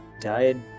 died